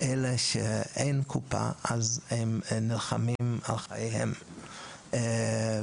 ואלה שאין להם קופה נלחמים על חייהם - על